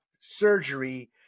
surgery